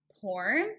porn